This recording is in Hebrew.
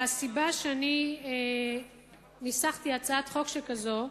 הסיבה שאני ניסחתי הצעת חוק שכזו,